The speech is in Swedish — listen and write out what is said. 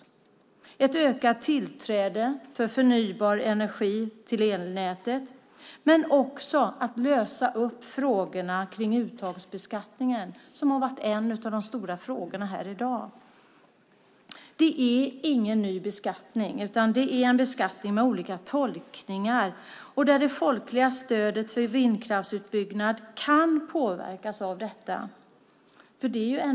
Det handlar om ökat tillträde för förnybar energi till elnätet men också om att lösa upp frågorna om uttagsbeskattningen, vilket har varit en av de stora frågorna här i dag. Det är ingen ny beskattning, utan en beskattning med olika tolkningar. Det folkliga stödet för vindkraftsutbyggnad kan påverkas av detta.